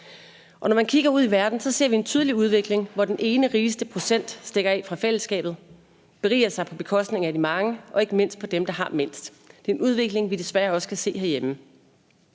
af. Når man kigger ud i verden, ser vi en tydelig udvikling, hvor den ene rigeste procent stikker af fra fællesskabet, beriger sig på bekostning af de mange og ikke mindst på dem, der har mindst. Det er en udvikling, vi desværre også kan se herhjemme.